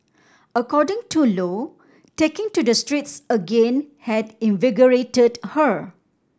according to Lo taking to the streets again had invigorated her